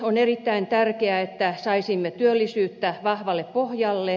on erittäin tärkeää että saisimme työllisyyttä vahvalle pohjalle